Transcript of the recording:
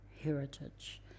heritage